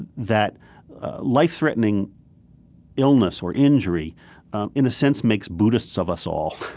that life-threatening illness or injury in a sense makes buddhists of us all.